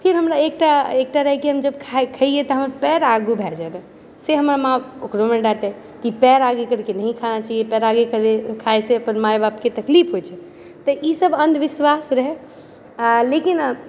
फिर हमरा एकटा एकटा रहै की हम जब खैयै तऽ हमर पैर आगु भए जाइ रहै से हमर माँ ओकरोमे डाँटै कि पैर आगे करके नही खाना चाहिए पैर आगे करके खायसँ अपन माय बापके तकलीफ होइ छै तऽ ईसब अन्धविश्वास रहै आ लेकिन